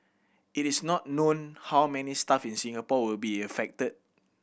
it is not known how many staff in Singapore will be affected